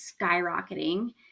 skyrocketing